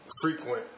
frequent